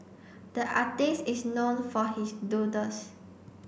the artist is known for his doodles